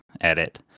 edit